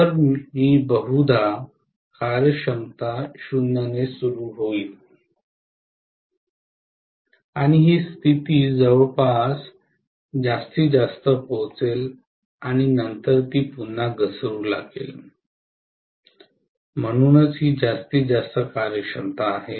तर मी बहुधा कार्यक्षमता 0 ने सुरू होईल आणि ही स्थिती जवळपास जास्तीत जास्त पोहोचेल आणि नंतर ती पुन्हा घसरू लागेल म्हणूनच ही जास्तीत जास्त कार्यक्षमता आहे